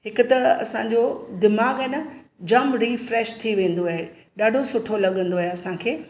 हिकु त असांजो दिमाग़ु आहे न जाम रीफ्रेश थी वेंदो आहे ॾाढो सुठो लॻंदो आहे असांखे